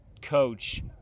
coach